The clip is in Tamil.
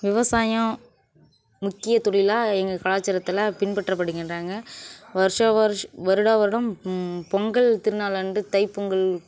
விவசாயம் முக்கிய தொழிலாக எங்கள் கலாச்சாரத்தில் பின்பற்றப்படுகின்றாங்கள் வருஷ வருஷ் வருட வருடம் பொங்கல் திருநாளன்று தைப்பொங்கல்